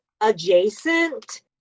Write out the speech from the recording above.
adjacent